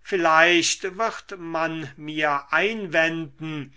vielleicht wird man mir einwenden